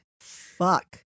fuck